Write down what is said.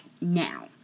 now